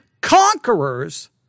conquerors